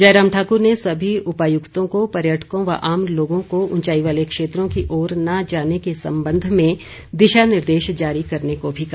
जयराम ठाकुर ने सभी उपायुक्तों को पर्यटकों व आम लोगों को ऊंचाई वाले क्षेत्रों की ओर न जाने के संबंध में दिशा निर्देश जारी करने को भी कहा